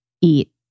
eat